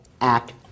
act